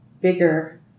bigger